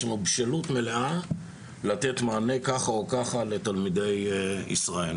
יש לנו בשלות מלאה לתת מענה כך או כך על לתלמידי ישראל.